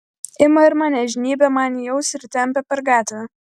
ima ir mane žnybia man ausį ir tempia per gatvę